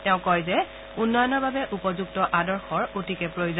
তেওঁ কয় যে উন্নয়নৰ বাবে উপযুক্ত আদৰ্শৰ অতিকে প্ৰয়োজন